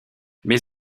mais